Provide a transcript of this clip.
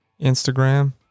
instagram